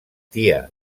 tia